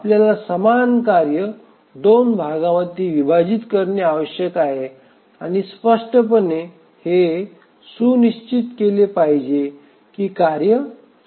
आपल्याला समान कार्य 2 भागामध्ये विभाजित करणे आवश्यक आहे आणि स्पष्टपणे हे सुनिश्चित केले पाहिजे की कार्य समाप्त होईल